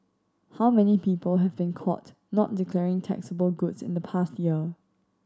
how many people have been caught not declaring taxable goods in the past year